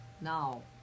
now